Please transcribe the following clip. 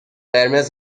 قرمز